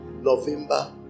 November